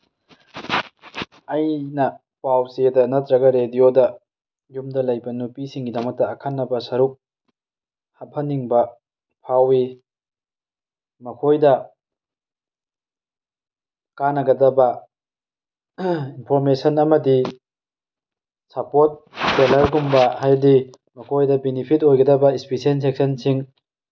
ꯑꯩꯅ ꯄꯥꯎ ꯆꯦꯗ ꯅꯠꯇ꯭ꯔꯒ ꯔꯦꯗꯤꯌꯣꯗ ꯌꯨꯝꯗ ꯂꯩꯕ ꯅꯨꯄꯤꯁꯤꯡꯒꯤꯗꯃꯛꯇ ꯑꯈꯟꯅꯕ ꯁꯔꯨꯛ ꯍꯥꯞꯍꯟꯅꯤꯡꯕ ꯐꯥꯎꯏ ꯃꯈꯣꯏꯗ ꯀꯥꯅꯒꯗꯕ ꯏꯟꯐꯣꯔꯃꯦꯁꯟ ꯑꯃꯗꯤ ꯁꯄꯣꯔꯠ ꯇꯦꯂꯔꯒꯨꯝꯕ ꯍꯥꯏꯕꯗꯤ ꯃꯈꯣꯏꯗ ꯕꯤꯅꯤꯐꯤꯠ ꯑꯣꯏꯒꯗꯕ ꯏꯁꯄꯤꯁꯦꯟ ꯁꯦꯛꯁꯟꯁꯤꯡ